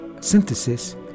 synthesis